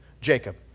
Jacob